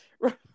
Right